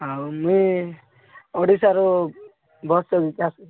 ଆଉ ମୁଇଁ ଓଡ଼ିଶାରୁ ବସ୍ରେ ବିକାଶ